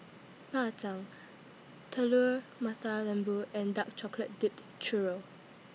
Bak Chang Telur Mata Lembu and Dark Chocolate Dipped Churro